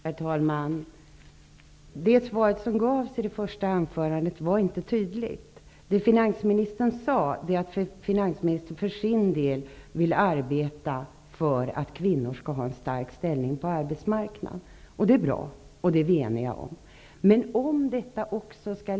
Herr talman! Det svar som gavs i det första anförandet var inte tydligt. Finansministern sade att hon för sin del vill arbeta för att kvinnor skall ha en stark ställning på arbetsmarknaden. Det är bra, och det är vi eniga om.